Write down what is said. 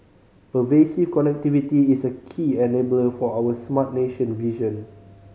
pervasive connectivity is a key enabler for our smart nation vision